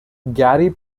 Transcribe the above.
gary